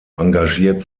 engagiert